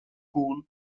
cool